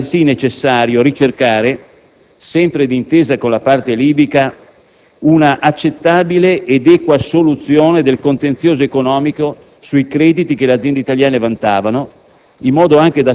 Era altresì necessario ricercare, sempre d'intesa con la parte libica, una accettabile ed equa soluzione del contenzioso economico sui crediti che le aziende italiane vantavano,